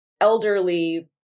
elderly